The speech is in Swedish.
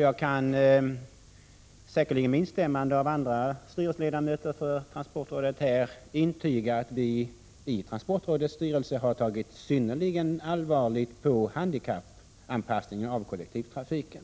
Jag kan, säkerligen med instämmande av andra styrelseledamöter i transportrådet, intyga att vi i transportrådets styrelse har tagit synnerligen allvarligt på handikappanpassningen av kollektivtrafiken.